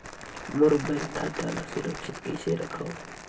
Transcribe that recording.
मोर bank खाता ला सुरक्षित कइसे रखव?